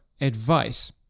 advice